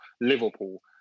Liverpool